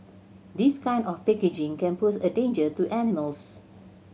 this kind of packaging can pose a danger to animals